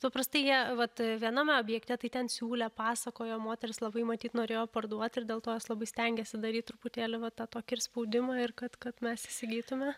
paprastai jie vat viename objekte tai ten siūlė pasakojo moterys labai matyt norėjo parduoti ir dėl to jos labai stengėsi daryti truputėlį va tokį spaudimą ir kad kad mes įsigytume